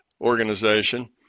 organization